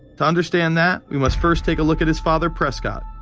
to understand that, we must first take a look at his father prescott.